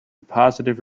positive